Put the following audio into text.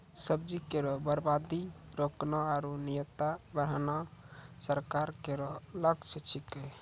सब्जी केरो बर्बादी रोकना आरु निर्यात बढ़ाना सरकार केरो लक्ष्य छिकै